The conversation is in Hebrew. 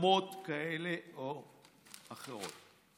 גחמות כאלה או אחרות.